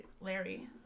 Larry